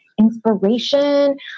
inspiration